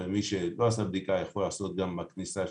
ומי שלא עשה בדיקה יכול לעשות גם בכניסה שם.